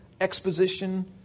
exposition